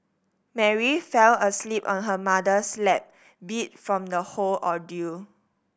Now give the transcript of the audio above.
Mary fell asleep on her mother's lap beat from the whole ordeal